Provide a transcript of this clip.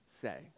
say